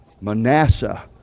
Manasseh